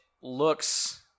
looks